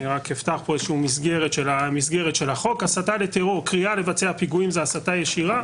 רק אפתח פה מסגרת של החוק קריאה לבצע פיגועים זו הסתה ישירה,